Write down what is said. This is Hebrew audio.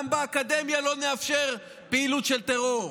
גם באקדמיה לא נאפשר פעילות של טרור.